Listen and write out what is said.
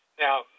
Now